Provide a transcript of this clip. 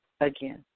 Again